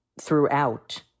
throughout